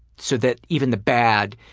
so that even the bad,